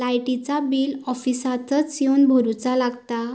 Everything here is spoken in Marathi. लाईटाचा बिल ऑफिसातच येवन भरुचा लागता?